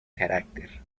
carácter